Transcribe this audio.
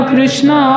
Krishna